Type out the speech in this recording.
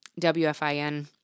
WFIN